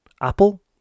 apple